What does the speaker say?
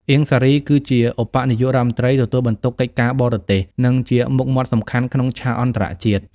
អៀង សារី គឺជាឧបនាយករដ្ឋមន្ត្រីទទួលបន្ទុកកិច្ចការបរទេស និងជាមុខមាត់សំខាន់ក្នុងឆាកអន្តរជាតិ។